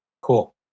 Cool